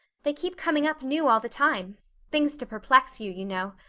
they keep coming up new all the time things to perplex you, you know.